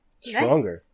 stronger